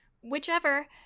whichever